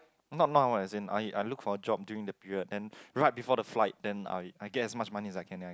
not now uh as in I I look for job during the period then right before the flight then I I gain as much as money as I can